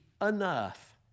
enough